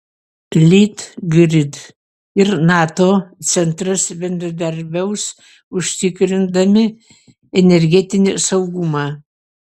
litgrid ir nato centras bendradarbiaus užtikrindami energetinį saugumą